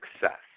success